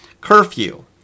curfew